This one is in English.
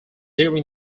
during